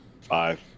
Five